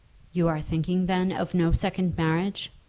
you are thinking, then, of no second marriage?